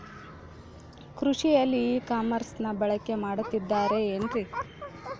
ಕೃಷಿಯಲ್ಲಿ ಇ ಕಾಮರ್ಸನ್ನ ಬಳಕೆ ಮಾಡುತ್ತಿದ್ದಾರೆ ಏನ್ರಿ?